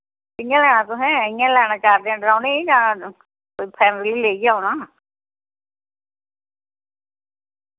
कि'यां लैना तुसैं इ'य्यां लैना चार दिन रोह्ने जां कोई फैमली लेइयै औना